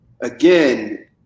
again